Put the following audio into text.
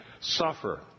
suffer